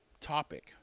topic